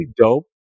dope